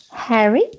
Harry